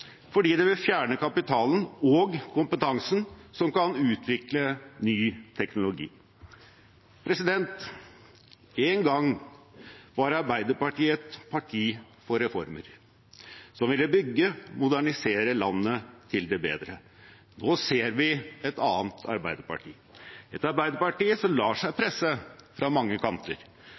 fordi det vil fjerne kapitalen – og kompetansen – som kan utvikle ny teknologi. En gang var Arbeiderpartiet et parti for reformer, som ville bygge og modernisere landet til det bedre. Nå ser vi et annet Arbeiderparti, et Arbeiderparti som lar seg presse fra mange kanter.